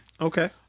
Okay